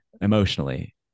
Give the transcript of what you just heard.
emotionally